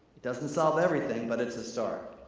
it doesn't solve everything but it's a start.